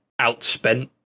outspent